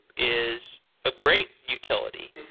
is a great utility.